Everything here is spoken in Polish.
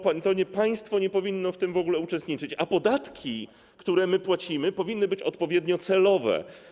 Państwo nie powinno w tym w ogóle uczestniczyć, a podatki, które płacimy, powinny być odpowiednio celowe.